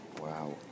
wow